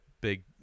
big